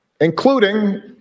including